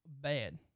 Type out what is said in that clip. bad